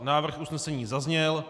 Návrh usnesení zazněl.